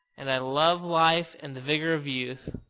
and i love life and the vigor of youth.